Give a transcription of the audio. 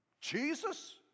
Jesus